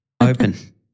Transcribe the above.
open